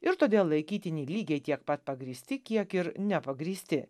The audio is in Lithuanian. ir todėl laikytini lygiai tiek pat pagrįsti kiek ir nepagrįsti